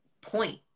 point